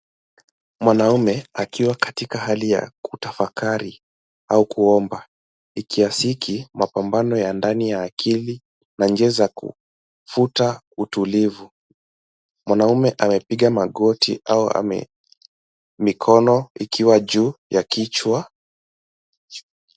Mwanaume akiwa katika hali ya kutafakari au kuomba ikiasiki mapambano ya ndani ya akili na njia za kufuta utulivu. Mwanaume amepiga magoti au ame mikono ikiwa juu ya kichwa.